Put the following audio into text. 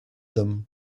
them